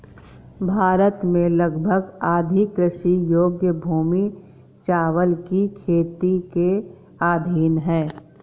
भारत में लगभग आधी कृषि योग्य भूमि चावल की खेती के अधीन है